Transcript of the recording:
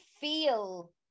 feel